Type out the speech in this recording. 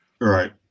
Right